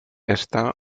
está